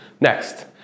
Next